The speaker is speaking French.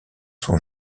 sont